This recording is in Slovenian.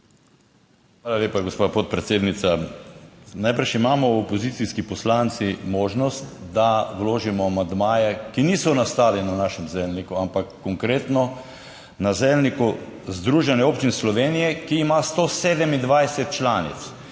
Hvala lepa, gospa podpredsednica. Najbrž imamo opozicijski poslanci možnost, da vložimo amandmaje, ki niso nastali na našem zelniku, ampak konkretno na zelniku Združenja občin Slovenije, ki ima 127 članic